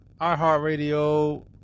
iHeartRadio